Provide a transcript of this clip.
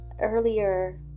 Earlier